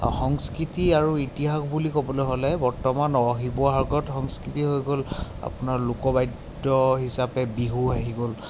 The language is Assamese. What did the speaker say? সংস্কৃতি আৰু ইতিহাস বুলি ক'বলৈ হ'লে বৰ্তমান শিৱসাগৰত সংস্কৃতি হৈ গ'ল আপোনাৰ লোকবাদ্য হিচাপে বিহু আহি গ'ল